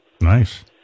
Nice